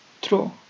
True